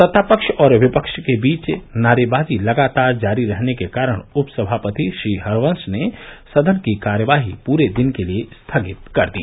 सत्ता पक्ष और विपक्ष के बीच नारेबाजी लगातार जारी रहने के कारण उपसभापति श्री हरवंश ने सदन की कार्यवाही पूरे दिन के लिए स्थगित कर दी